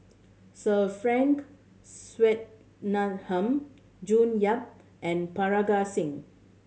Sir Frank Swettenham June Yap and Parga Singh